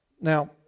Now